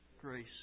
Grace